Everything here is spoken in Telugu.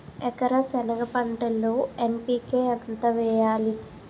ఎకర సెనగ పంటలో ఎన్.పి.కె ఎంత వేయాలి?